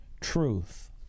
truth